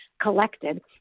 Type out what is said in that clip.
collected